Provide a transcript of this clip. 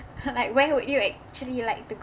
like where would you actually like to